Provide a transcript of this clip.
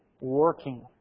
working